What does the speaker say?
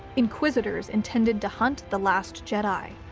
inquisitors intended to hunt the last jedi.